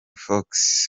fox